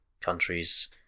countries